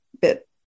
bit